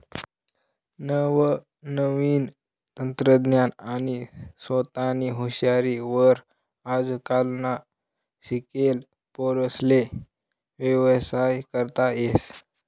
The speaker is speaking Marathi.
नवनवीन तंत्रज्ञान आणि सोतानी हुशारी वर आजकालना शिकेल पोर्यास्ले व्यवसाय करता येस